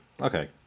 Okay